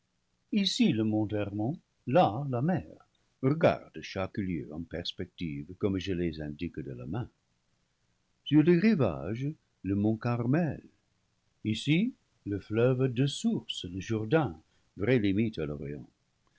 ici le mont hermon là la mer regarde chaque lieu en perspective comme je te les indique de la main sur le rivage le mont carmel ici le fleuve à deux sources le jourdain vraie limite à l'orient